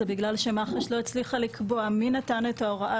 זה בגלל שמח"ש לא הצליחה לקבוע מי נתן את ההוראה,